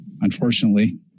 Unfortunately